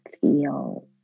feel